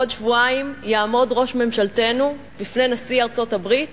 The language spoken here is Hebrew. בעוד שבועיים יעמוד ראש ממשלתנו בפני נשיא ארצות-הברית